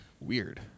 Weird